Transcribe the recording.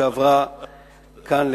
שעברה כאן לגן-המנורה.